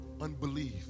unbelief